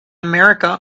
america